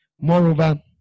Moreover